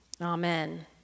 Amen